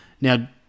Now